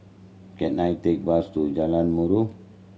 can I take bus to Jalan Murai